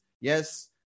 Yes